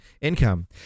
income